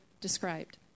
described